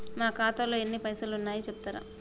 నా ఖాతాలో ఎన్ని పైసలు ఉన్నాయి చెప్తరా?